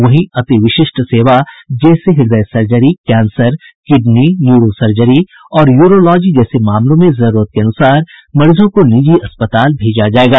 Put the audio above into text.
वहीं अति विशिष्ट सेवा जैसे हृदय surgery cancer kidney neuro surgery और यूरोलॉजी जैसे मामलों में जरूरत के अनुसार मरीजों को निजी अस्पताल भेजा जायेगा